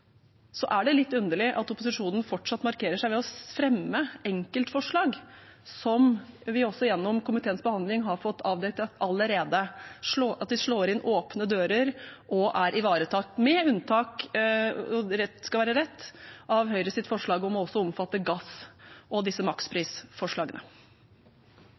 er ivaretatt i den ordningen som er laget, er det litt underlig at opposisjonen fortsatt markerer seg ved å fremme enkeltforslag som vi også gjennom komiteens behandling har fått avdekket at slår inn åpne dører og allerede er ivaretatt, med unntak av – rett skal være rett – Høyres forslag om også å omfatte gass og disse